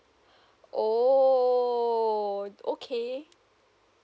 oh okay